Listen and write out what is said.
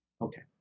Okay